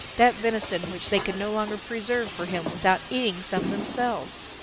that venison which they could no longer preserve for him without eating some themselves.